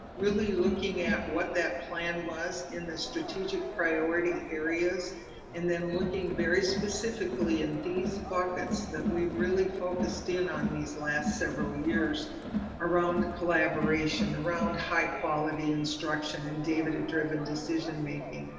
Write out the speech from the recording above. really looking at what that plan was in the strategic priority areas and then looking very specifically in these markets that we really focused in on these last several years around collaboration, around high-quality instruction, and data-driven decision-making,